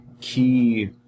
key